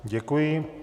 Děkuji.